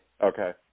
okay